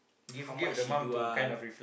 how much she do ah